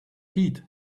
heat